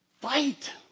fight